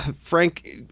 Frank